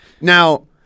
Now